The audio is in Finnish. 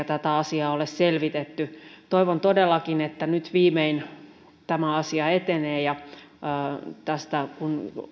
tätä asiaa ole selvitetty toivon todellakin että nyt viimein tämä asia etenee ja että kun